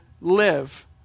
live